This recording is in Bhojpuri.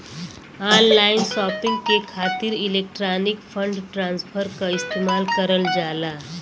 ऑनलाइन शॉपिंग के खातिर इलेक्ट्रॉनिक फण्ड ट्रांसफर क इस्तेमाल करल जाला